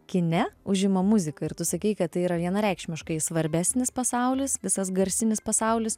kine užima muzika ir tu sakei kad tai yra vienareikšmiškai svarbesnis pasaulis visas garsinis pasaulis